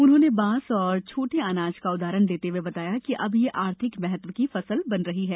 उन्होंने बांस और छोटे अनाज का उदाहरण देते हुए बताया कि अब ये आर्थिक महत्व की फसल बन रही है